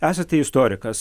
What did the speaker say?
esate istorikas